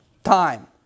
Time